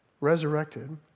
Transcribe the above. resurrected